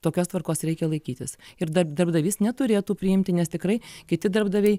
tokios tvarkos reikia laikytis ir darb darbdavys neturėtų priimti nes tikrai kiti darbdaviai